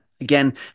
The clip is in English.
Again